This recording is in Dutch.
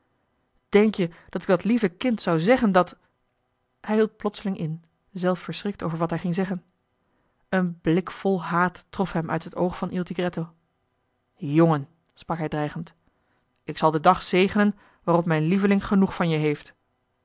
ruijter denk-je dat ik dat lieve kind zou zeggen dat hij hield plotseling in zelf verschrikt over wat hij ging zeggen een blik vol haat trof hem uit het oog van il tigretto jongen sprak hij dreigend ik zal den dag zegenen waarop mijn lieveling genoeg van je heeft